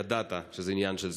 ידעת שזה עניין של זמן.